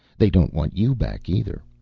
they don't want you back either.